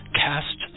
cast